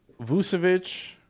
Vucevic